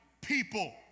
people